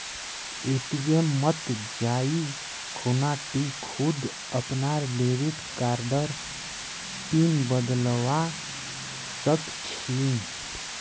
ATM मत जाइ खूना टी खुद अपनार डेबिट कार्डर पिन बदलवा सख छि